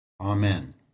Amen